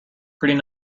pretty